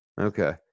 Okay